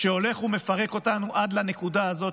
שהולך ומפרק אותנו עד לנקודה הזאת.